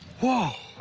whoa.